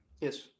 yes